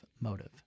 motive